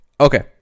Okay